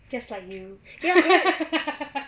just like you